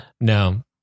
no